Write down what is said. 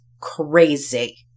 crazy